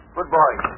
Goodbye